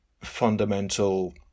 fundamental